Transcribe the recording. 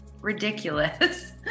ridiculous